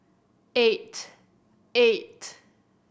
eight eight